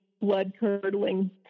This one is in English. blood-curdling